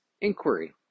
inquiry